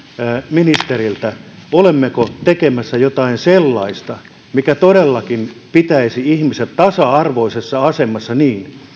ministeriltä olemmeko tekemässä jotain sellaista mikä todellakin pitäisi ihmiset tasa arvoisessa asemassa niin